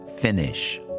Finish